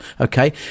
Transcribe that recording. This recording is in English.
okay